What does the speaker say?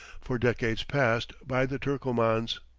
for decades past, by the turkomans.